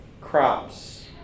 crops